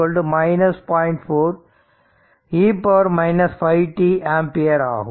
4 e 5 t ampere ஆகும்